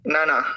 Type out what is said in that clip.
Nana